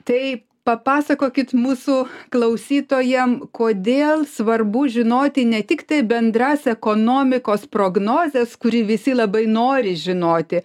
tai papasakokit mūsų klausytojam kodėl svarbu žinoti ne tik tai bendras ekonomikos prognozes kuri visi labai nori žinoti